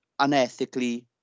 unethically